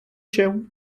się